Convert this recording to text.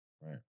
Right